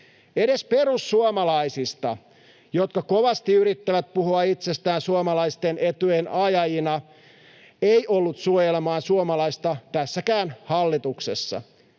Edes perussuomalaisista, jotka kovasti yrittävät puhua itsestään suomalaisten etujen ajajina, ei ollut suojelemaan suomalaista tässäkään hallituksessa.